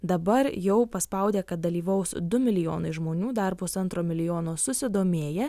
dabar jau paspaudė kad dalyvaus du milijonai žmonių dar pusantro milijono susidomėję